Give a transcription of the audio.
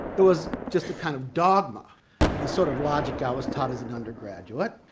it was just a kind of dogma of the sort of logic i was taught as an undergraduate,